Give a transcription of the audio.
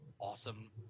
awesome